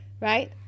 right